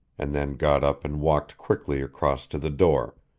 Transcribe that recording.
and then got up and walked quickly across to the door,